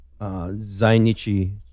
Zainichi